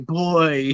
boy